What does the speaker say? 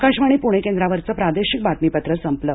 आकाशवाणी पुणे केंद्रावरचं प्रादेशिक बातमीपत्र संपलं